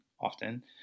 often